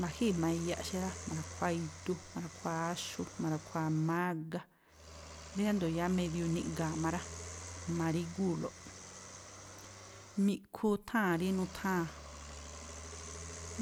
Ma̱jíi̱ jma̱a iyaꞌ xa rá, ma̱ra̱khuáá idú, ma̱ra̱khuáá áxú, ma̱rakhuáá mágá, riándo̱ yáá medio niꞌga̱a̱ má rá, ma̱rígúu̱lo, mi̱ꞌkhu tháa̱n rí nutháa̱n